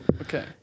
Okay